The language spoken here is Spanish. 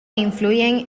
influyen